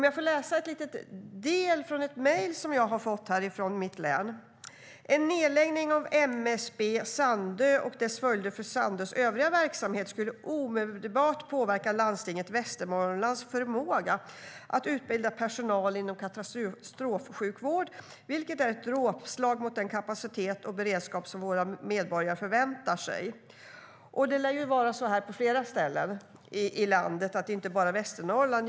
Jag ska läsa ett litet utdrag ur ett mejl som jag fått från mitt län: En nedläggning av MSB Sandö och dess följder för Sandös övriga verksamhet skulle omedelbart påverka Landstinget Västernorrlands förmåga att utbilda personal inom katastrofsjukvård, vilket är ett dråpslag mot den kapacitet och beredskap som våra medborgare förväntar sig. Det lär vara på det sättet på flera ställen i landet, inte bara i Västernorrland.